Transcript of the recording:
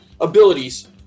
abilities